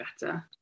better